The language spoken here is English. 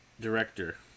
director